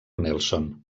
nelson